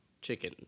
chicken